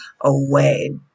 away